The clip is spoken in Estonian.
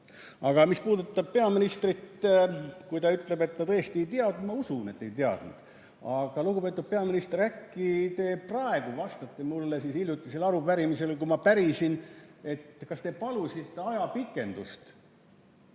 Aga mis puudutab peaministrit, siis kui ta ütleb, et ta tõesti ei teadnud, siis ma usun, et ei teadnud. Aga, lugupeetud peaminister, äkki te praegu vastate siis hiljutisele arupärimisele, kui ma pärisin, kas te palusite ajapikendust,